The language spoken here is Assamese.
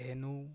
হেনু